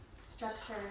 Structure